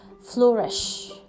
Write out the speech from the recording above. flourish